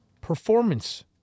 performance